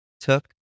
took